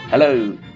Hello